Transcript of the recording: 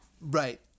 right